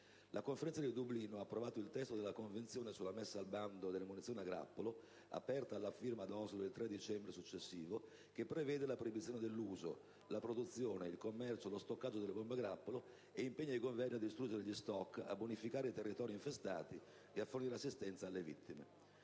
La Conferenza di Dublino ha approvato il testo della Convenzione sulla messa al bando delle munizioni a grappolo, aperta alla firma a Oslo il 3 dicembre successivo, che prevede la proibizione dell'uso, produzione, commercio e stoccaggio delle bombe a grappolo e impegna i Governi a distruggere gli *stock*, a bonificare i territori infestati e a fornire assistenza alle vittime.